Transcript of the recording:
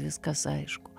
viskas aišku